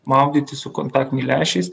maudytis su kontaktiniai lęšiais